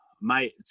Mate